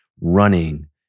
running